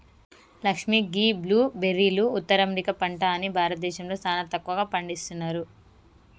లక్ష్మీ గీ బ్లూ బెర్రీలు ఉత్తర అమెరికా పంట అని భారతదేశంలో సానా తక్కువగా పండిస్తున్నారు